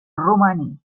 romaní